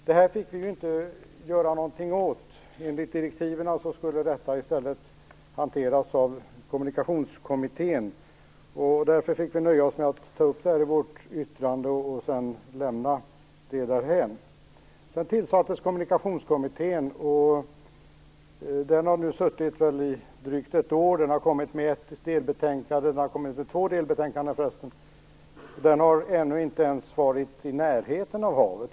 Det här fick vi dock inte göra någonting åt. Enligt direktiven skulle detta i stället hanteras av Kommunikationskommittén, och därför fick vi nöja oss med att ta upp det här i vårt yttrande och sedan lämna det därhän. Sedan tillsattes Kommunikationskommittén, och den har nu suttit i drygt ett år. Den har kommit med två delbetänkanden. Men den har ännu inte ens varit i närheten av havet.